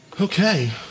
Okay